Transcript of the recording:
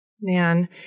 Man